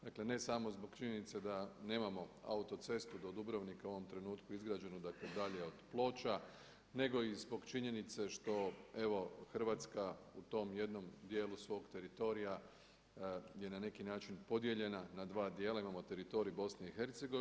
Dakle ne samo zbog činjenice da nemamo autocestu do Dubrovnika u ovom trenutku izgrađenu, dakle dalje od Ploča nego i zbog činjenice što Hrvatska u tom jednom dijelu svog teritorija je na neki način podijeljena na dva dijela, imamo teritorij BiH.